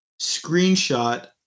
screenshot